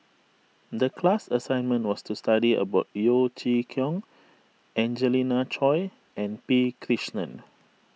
the class assignment was to study about Yeo Chee Kiong Angelina Choy and P Krishnan